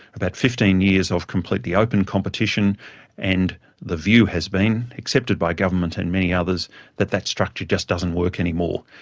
about fifteen years of completely open competition and the view has been accepted by government and many others that that structure just doesn't work anymore.